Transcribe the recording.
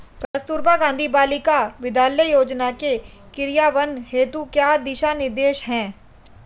कस्तूरबा गांधी बालिका विद्यालय योजना के क्रियान्वयन हेतु क्या दिशा निर्देश हैं?